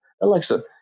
Alexa